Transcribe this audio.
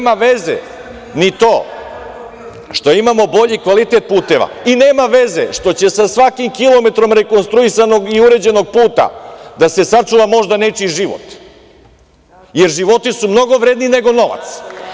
Nema veze ni to što imamo bolji kvalitet puteva i nema veze što će sa svakim kilometrom rekonstruisanog i uređenog puta da se sačuva možda nečiji život, jer životi su mnogo vredniji nego novac.